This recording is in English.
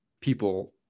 people